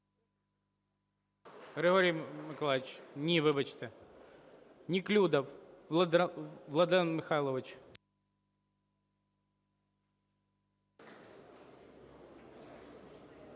Григорій Миколайович! Ні, вибачте. Неклюдов Владлен Михайлович.